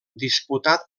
disputat